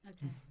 Okay